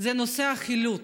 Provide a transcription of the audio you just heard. זה החילוט.